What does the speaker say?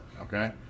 okay